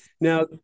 Now